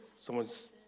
Someone's